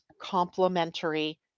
complementary